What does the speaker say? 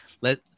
let